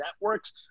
Networks